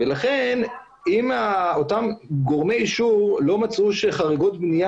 לכן אם אותם גורמי אישור לא מצאו שחריגות בנייה